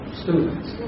students